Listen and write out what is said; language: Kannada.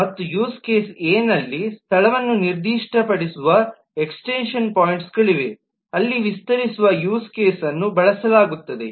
ಮತ್ತು ಯೂಸ್ ಕೇಸ್ ಎ ನಲ್ಲಿ ಸ್ಥಳವನ್ನು ನಿರ್ದಿಷ್ಟಪಡಿಸುವ ಎಕ್ಸ್ಟೆನ್ಶನ್ ಪಾಯಿಂಟ್ಸ್ಗಳಿವೆ ಅಲ್ಲಿ ವಿಸ್ತರಿಸುವ ಯೂಸ್ ಕೇಸ್ ಅನ್ನು ಬಳಸಲಾಗುತ್ತದೆ